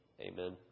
Amen